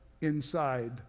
inside